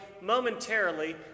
momentarily